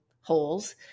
holes